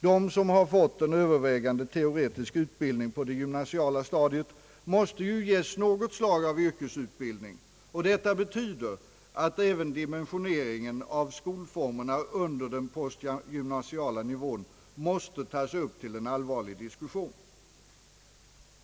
De som har fått en övervägande teoretisk utbildning på det gymnasiala stadiet måste ju ges något slag av yrkesutbildning. Detta betyder att även dimensioneringen av skolformerna under den postgymnasiala nivån måste tas upp till en allvarlig diskussion.